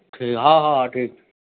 ٹھیک ہے ہاں ہاں ہاں ٹھیک